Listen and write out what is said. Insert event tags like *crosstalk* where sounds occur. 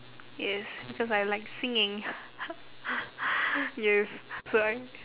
yes because I like singing *noise* yes so I